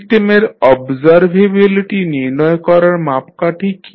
সিস্টেমের অবজারভেবিলিটি নির্ণয় করার মাপকাঠি কী